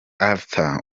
arthur